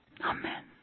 Amen